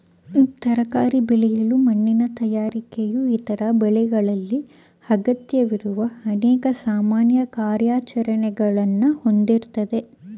ತರಕಾರಿ ಬೆಳೆಯಲು ಮಣ್ಣಿನ ತಯಾರಿಕೆಯು ಇತರ ಬೆಳೆಗಳಿಗೆ ಅಗತ್ಯವಿರುವ ಅನೇಕ ಸಾಮಾನ್ಯ ಕಾರ್ಯಾಚರಣೆಗಳನ್ನ ಹೊಂದಿರ್ತದೆ